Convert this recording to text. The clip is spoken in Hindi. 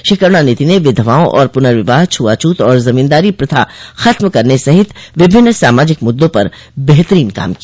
श्री करूणानिधि ने विधवाओं के पुनर्विवाह छूआछूत और जमींदारी प्रथा खत्म करने सहित विभिन्न सामाजिक मुद्दों पर बेहतरीन काम किया